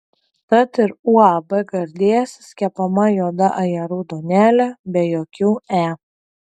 tad ir uab gardėsis kepama juoda ajerų duonelė be jokių e